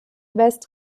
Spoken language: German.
west